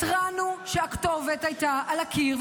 התרענו שהכתובת הייתה על הקיר,